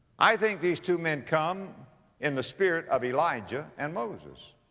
i think these two men come in the spirit of elijah and moses.